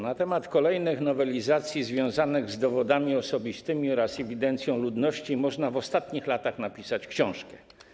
Na temat kolejnych nowelizacji związanych ze sprawami dowodów osobistych oraz ewidencją ludności można w ostatnich latach napisać książkę.